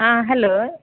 ಹಾಂ ಹಲೋ